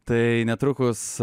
tai netrukus